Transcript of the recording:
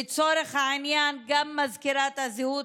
לצורך העניין אני גם מזכירה את הזהות,